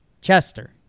Chester